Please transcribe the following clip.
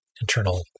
internal